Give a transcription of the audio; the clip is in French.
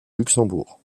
luxembourg